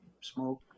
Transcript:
smoke